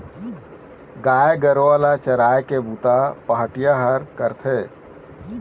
गाय गरूवा ल चराए के बूता पहाटिया ह करथे